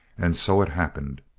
and so it happened.